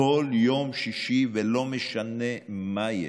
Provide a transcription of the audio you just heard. כל יום שישי, ולא משנה מה יש.